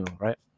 right